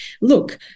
Look